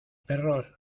perros